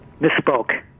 Misspoke